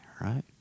right